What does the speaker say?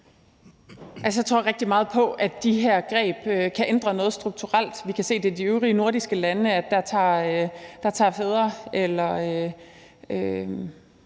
Jeg tror rigtig meget på, at de her greb kan ændre noget strukturelt. Vi kan se, at i de øvrige nordiske lande tager fædrene